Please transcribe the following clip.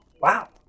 wow